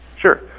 Sure